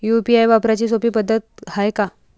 UPI वापराची सोपी पद्धत हाय का?